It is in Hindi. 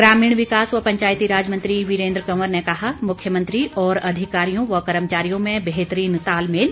ग्रामीण विकास व पंचायतीराज मंत्री वीरेन्द्र कंवर ने कहा मुख्यमंत्री और अधिकारियों व कर्मचारियों में बेहतरीन तालमेल